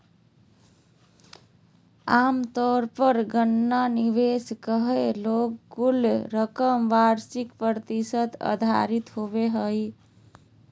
आमतौर पर गणना निवेश कइल गेल कुल रकम के वार्षिक प्रतिशत आधारित होबो हइ